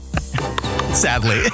sadly